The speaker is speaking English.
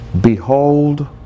Behold